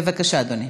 בבקשה, אדוני.